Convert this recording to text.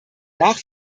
nach